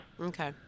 Okay